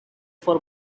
for